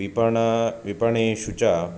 विपणः विपणेषु च